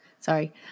Sorry